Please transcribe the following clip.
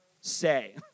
say